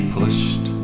pushed